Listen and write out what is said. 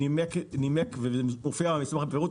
וזה מופיע במסמך בפירוט,